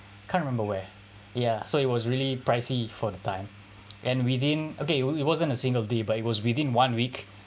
can't remember where ya so it was really pricey for the time and within okay it wasn't the single day but it was within one week